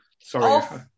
Sorry